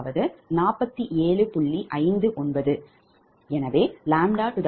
அதாவது ʎ2ʎ1∆ʎ16047